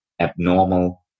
abnormal